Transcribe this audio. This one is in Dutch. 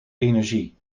energie